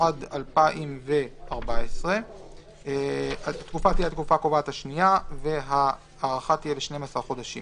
התשע"ד 2014 התקופה הקובעת השנייה 12 חודשים